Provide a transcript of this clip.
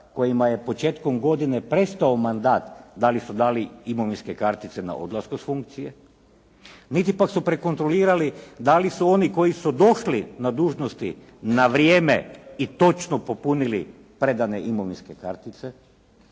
kojima je početkom godine prestao mandat da li su dali imovinske kartice na odlasku s funkcije. Niti pak su prekontrolirali da li su oni koji su došli na dužnosti na vrijeme i točno popunili predane imovinske kartice.